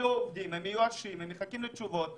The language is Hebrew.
הם מיואשים ומחכים לתשובות,